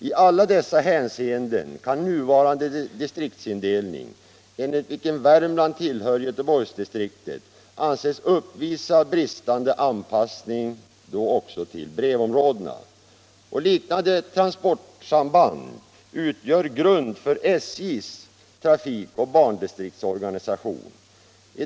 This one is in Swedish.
I alla dessa hänseenden kan nuvarande distriktsindelning — enligt vilken Värmland ullhör Göteborgsdistriktet — anses uppvisa bristande anpassning till brevområdena. Liknande transportsamband utgör grund för SJ:s trafik och bandistriktsorganisation.